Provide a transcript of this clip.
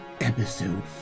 Episode